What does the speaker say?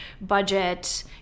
budget